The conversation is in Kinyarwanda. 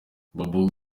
babou